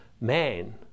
man